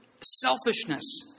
selfishness